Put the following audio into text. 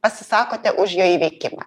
pasisakote už jo įveikimą